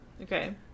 Okay